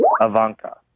Ivanka